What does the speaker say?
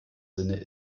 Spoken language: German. sinne